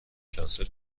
کنسل